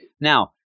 Now